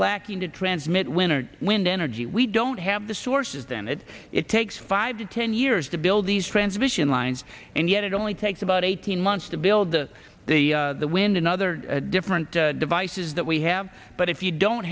lacking to transmit winter wind energy we don't have the sources then it it takes five to ten years to build these transmission lines and yet it only takes about eighteen months to build to the wind another different devices that we have but if you don't